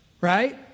right